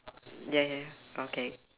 ya okay